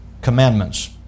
commandments